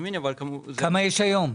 כמה יש היום?